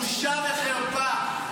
בושה וחרפה.